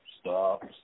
stop